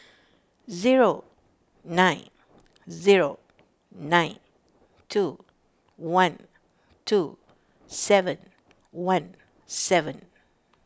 zero nine zero nine two one two seven one seven